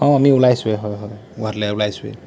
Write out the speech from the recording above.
অঁ আমি ওলাইছোঁৱে হয় হয় গুৱাহাটিলৈ ওলাইছোঁৱে